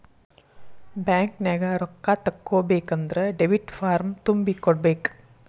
ಬ್ಯಾಂಕ್ನ್ಯಾಗ ರೊಕ್ಕಾ ತಕ್ಕೊಬೇಕನ್ದ್ರ ಡೆಬಿಟ್ ಫಾರ್ಮ್ ತುಂಬಿ ಕೊಡ್ಬೆಕ್